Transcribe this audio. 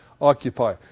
occupy